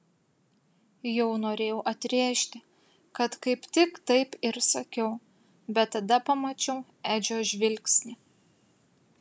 jau norėjau atrėžti kad kaip tik taip ir sakiau bet tada pamačiau edžio žvilgsnį